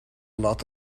lot